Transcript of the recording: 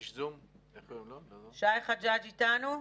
איתנו?